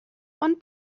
und